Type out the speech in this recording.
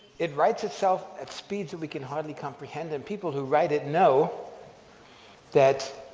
it writes itself at speeds that we can hardly comprehend, and people who write it know that